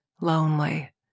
lonely